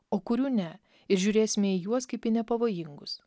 o kurių ne ir žiūrėsime į juos kaip į nepavojingus